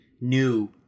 new